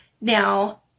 now